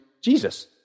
Jesus